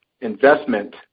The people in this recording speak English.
investment